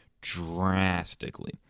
drastically